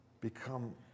become